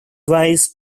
rise